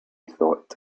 thought